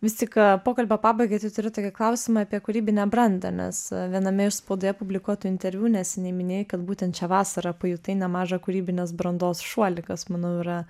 vis tik pokalbio pabaigai tai turiu tokį klausimą apie kūrybinę brandą nes viename iš spaudoje publikuotų interviu neseniai minėjai kad būtent šią vasarą pajutai nemažą kūrybinės brandos šuolį kas manau yra